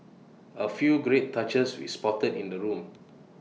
A few great touches we spotted in the room